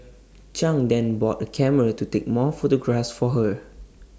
chang then bought A camera to take more photographs for her